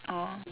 ah